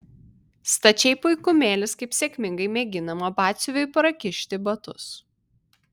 stačiai puikumėlis kaip sėkmingai mėginama batsiuviui prakišti batus